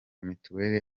mutuelle